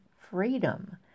freedom